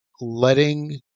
letting